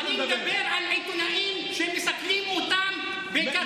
אני מדבר על עיתונאים שמסכלים אותם בכטב"מ.